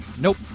Nope